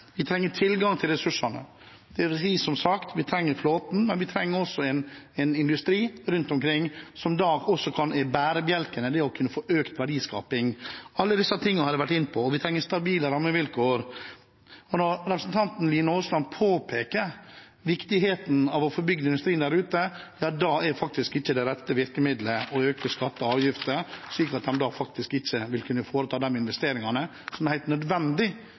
Vi trenger tilgang til ressursene, dvs. – som sagt – vi trenger flåten, men vi trenger også en industri rundt omkring som er bærebjelken i det å kunne få økt verdiskaping. Alle disse tingene har jeg vært inne på. Og vi trenger stabile rammevilkår. Når representanten Aasland påpeker viktigheten av å få bygd industri der ute, er det rette virkemiddelet faktisk ikke å øke skatter og avgifter, slik at man ikke vil kunne foreta de investeringene som er